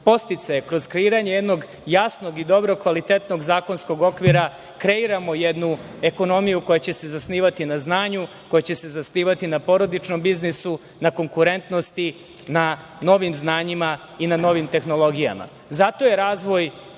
podsticaje, kroz kreiranje jednog jasnog, dobrog i kvalitetnog zakonskog okvira, kreiramo jednu ekonomiju koja će se zasnivati na znanju, koja će se zasnivati na porodičnom biznisu, na konkurentnosti, na novim znanjima i na novim tehnologijama. Razvoj